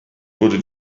wurde